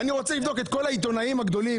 אני רוצה לבדוק את כול העיתונאים הגדולים,